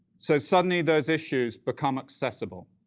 so suddenly, those issues become accessible.